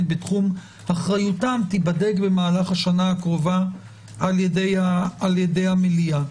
בתחום אחריותם תיבדק במהלך השנה הקרובה על-ידי המליאה.